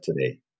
today